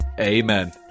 amen